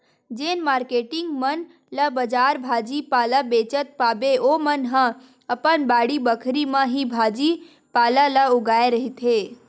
जेन मारकेटिंग मन ला बजार भाजी पाला बेंचत पाबे ओमन ह अपन बाड़ी बखरी म ही भाजी पाला ल उगाए रहिथे